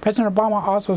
president obama also